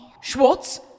Schwartz